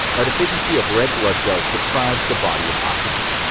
a deficiency of red blood cells deprives the body of oxygen.